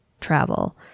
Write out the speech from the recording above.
travel